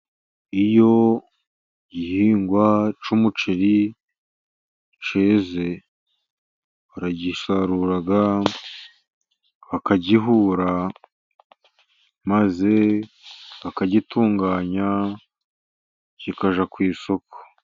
Iyo igihingwa cy'umuceri cyeze, baragisarura, bakagihura, maze bakagitunganya, kikajya ku isoko.